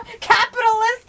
CAPITALIST